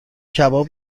کباب